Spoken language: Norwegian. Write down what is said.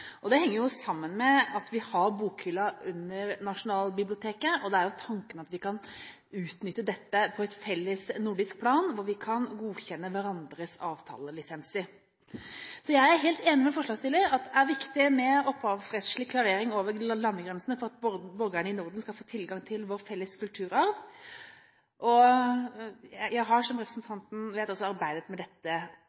Norge. Det henger sammen med at vi har Bokhylla under Nasjonalbiblioteket, og det er tanken at vi skal kunne utnytte dette på et felles nordisk plan, hvor vi kan godkjenne hverandres avtalelisenser. Så jeg er helt enig med forslagsstillerne i at det er viktig med opphavsrettslig klarering over landegrensene for at borgerne i Norden skal få tilgang til vår felles kulturarv. Jeg har, som